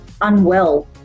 unwell